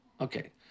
Okay